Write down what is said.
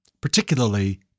particularly